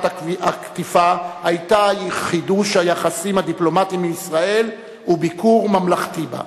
הקטיפה" היתה חידוש היחסים הדיפלומטיים עם ישראל וביקור ממלכתי בה,